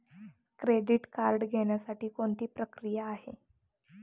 Credit card घेण्यासाठी कोणती प्रक्रिया आहे?